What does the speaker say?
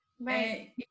Right